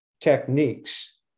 Techniques